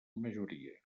majoria